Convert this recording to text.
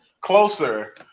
closer